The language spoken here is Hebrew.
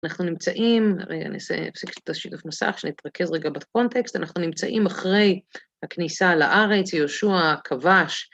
אנחנו נמצאים, רגע, אני אפסיק את השיתוף מסך, שאני אתרכז רגע בקונטקסט, אנחנו נמצאים אחרי הכניסה לארץ, יהושע כבש.